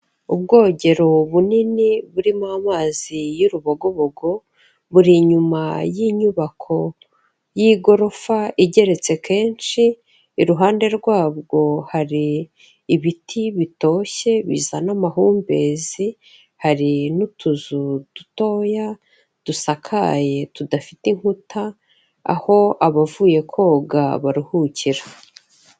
Ubwogero bunini burimo amazi y'urubogobogo, buri inyuma y'inyubako y'igorofa igeretse kenshi, iruhande rwabwo hari ibiti bitoshye bizana amahumbezi, hari n'utuzu dutoya dusakaye tudafite inkuta, aho abavuye koga baruhukira.